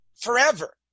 forever